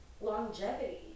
longevity